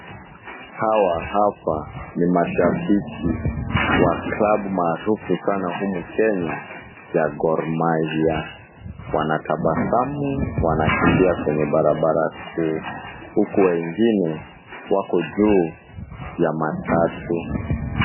Hawa hapa ni mashabiki wa klabu maarufu sana humu Kenya ya Gor Mahia, wanatabasamu, wanakimbia kwenye barabara kuu huku wengine wako juu ya matatu.